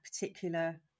particular